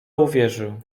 uwierzył